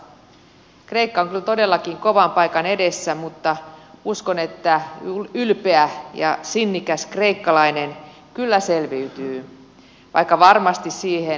kreikka on kyllä todellakin kovan paikan edessä mutta uskon että ylpeä ja sinnikäs kreikkalainen kyllä selviytyy vaikka varmasti siihen menee ainakin vuosikymmen